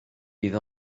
bydd